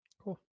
Cool